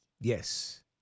Yes